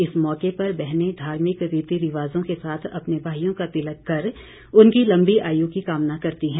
इस मौके पर बहनें धार्मिक रीति रिवाजों के साथ अपने भाईयों का तिलक कर उनकी लम्बी आयु की कामना करती हैं